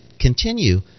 continue